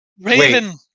Raven